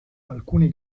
alcuni